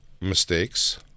mistakes